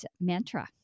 mantra